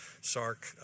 Sark